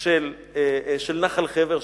של נחל חבר.